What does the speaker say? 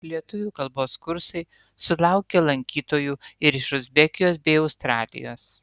lietuvių kalbos kursai sulaukė lankytojų ir iš uzbekijos bei australijos